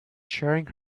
sharing